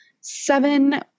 seven